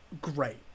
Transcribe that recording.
great